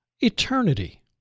eternity